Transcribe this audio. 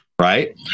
Right